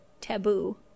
taboo